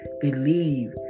Believe